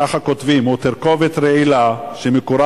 כך הם כותבים: הוא תרכובת רעילה שמקורה